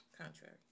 Contrary